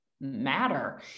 matter